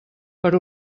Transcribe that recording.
per